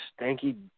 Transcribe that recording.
Stanky